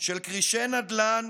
של כרישי נדל"ן